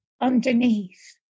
underneath